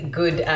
good